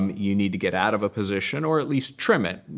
um you need to get out of a position or, at least, trim it.